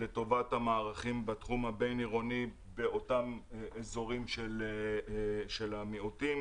לטובת המערכים בתחום הבין-עירוני באותם אזורים של מיעוטים,